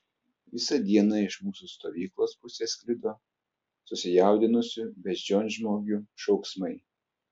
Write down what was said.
visą dieną iš mūsų stovyklos pusės sklido susijaudinusių beždžionžmogių šauksmai